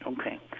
Okay